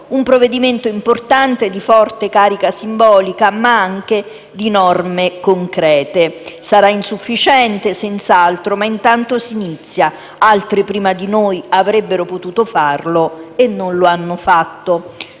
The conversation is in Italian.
un provvedimento importante, di forte carica simbolica, ma anche di norme concrete. Sarà insufficiente, senz'altro. Intanto, però, si inizia. Altri, prima di noi, avrebbero potuto farlo e non lo hanno fatto.